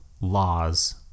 laws